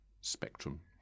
spectrum